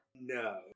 No